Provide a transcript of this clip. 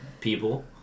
people